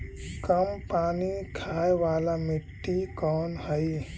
कम पानी खाय वाला मिट्टी कौन हइ?